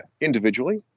individually